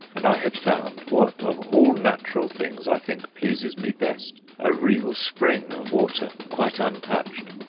and i had found what of all natural things i think pleases me best, a real spring of water quite untouched.